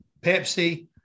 Pepsi